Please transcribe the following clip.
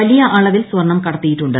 വലിയ അളവിൽ സ്വർണ്ണം കടത്തിയിട്ടുണ്ട്